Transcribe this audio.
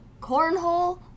Cornhole